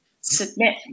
submit